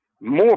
more